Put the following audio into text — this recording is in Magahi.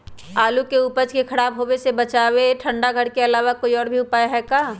आलू के उपज के खराब होवे से बचाबे ठंडा घर के अलावा कोई और भी उपाय है का?